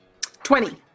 Twenty